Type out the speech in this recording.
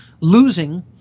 losing